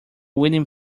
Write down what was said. winding